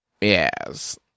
Yes